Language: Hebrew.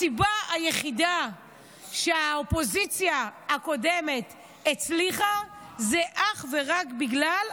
הסיבה היחידה שהאופוזיציה הקודמת הצליחה זה אך ורק בגלל,